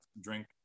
drink